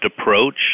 approach